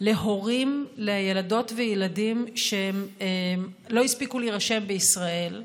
להורים לילדות וילדים שלא הספיקו להירשם בישראל,